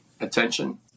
attention